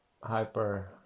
hyper